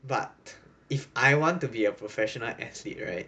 but if I want to be a professional athlete right